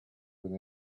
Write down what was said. with